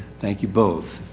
thank you both.